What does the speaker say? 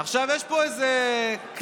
עכשיו, יש פה איזו קליקה